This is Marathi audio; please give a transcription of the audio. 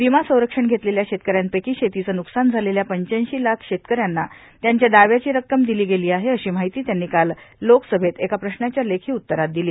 विमासंरक्षण घेतलेल्या शेतकऱ्यांपैकी शेतीचं न्कसान झालेल्या पंच्याऐंशी लाख शेतकऱ्यांना त्यांच्या दाव्याची रक्कम दिली गेली आहे अशी माहिती त्यांनी काल लोकसभेत एका प्रश्नाच्या लेखी उत्तरात दिली